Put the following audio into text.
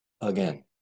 Again